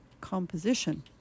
composition